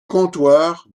comptoir